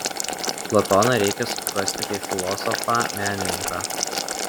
platoną reikia suprasti kaip filosofą menininką